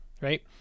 right